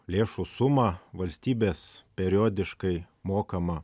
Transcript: lėšų sumą valstybės periodiškai mokamą